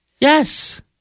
yes